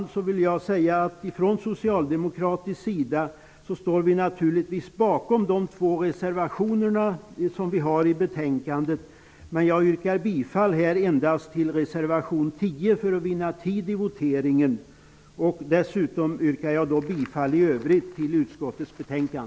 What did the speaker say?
Med detta vill jag säga att vi från socialdemokratisk sida naturligtvis står bakom de två reservationer vi har till betänkandet. För att vinna tid vid voteringen yrkar jag här bifall endast till reservation 10. I övrigt yrkar jag bifall till utskottets hemställan.